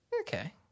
okay